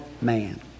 man